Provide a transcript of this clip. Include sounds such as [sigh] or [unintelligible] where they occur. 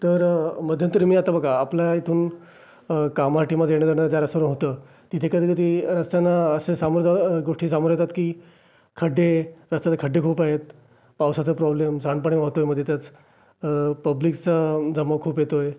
तर मध्यंतरी मी आता बघा आपल्याला इथून कामाठीमध्ये येणंजाणं त्या रस्त्यावर होतं तिथे कधीकधी रस्त्यांना असे सामोर [unintelligible] गोष्टी समोर येतात की खड्डे रस्त्याचे खड्डे खूप आहेत पावसाचा प्रॉब्लेम सांडपाणी वाहतं आहे मधेतच पब्लिकचा जमाव खूप येतो आहे